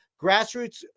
grassroots